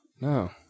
no